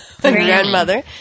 grandmother